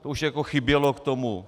To už jako chybělo k tomu.